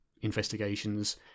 investigations